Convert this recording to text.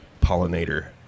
pollinator